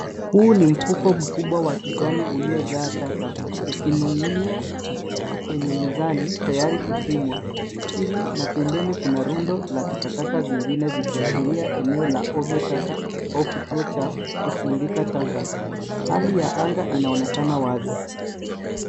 Huu ni mfuko mkubwa wa kijani uliojaa taka ukining'inia kwenye mizani tayari kupimwa. Chini na pembeni kuna rundo la takataka zingine zikiashiria eneo la ovyo taka au kituo cha kusindika taka. Hali ya anga inaonekana wazi.